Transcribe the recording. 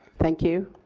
thank you.